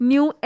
New